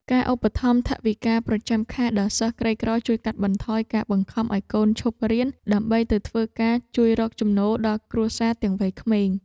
ការឧបត្ថម្ភថវិកាប្រចាំខែដល់សិស្សក្រីក្រជួយកាត់បន្ថយការបង្ខំឱ្យកូនឈប់រៀនដើម្បីទៅធ្វើការជួយរកចំណូលដល់គ្រួសារទាំងវ័យក្មេង។